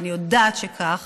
ואני יודעת שכך.